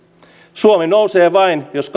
suomi nousee vain jos